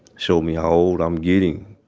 showed me how old i'm getting